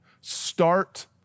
start